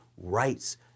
rights